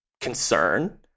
concern